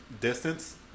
distance